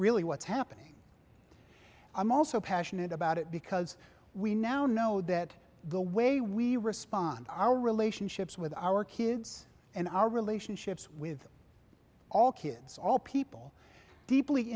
really what's happening i'm also passionate about it because we now know that the way we respond our relationships with our kids and our relationships with all kids all people deeply